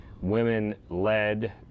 women-led